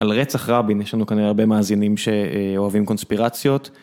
על רצח רבין יש לנו כנראה הרבה מאזינים שאוהבים קונספירציות.